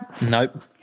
nope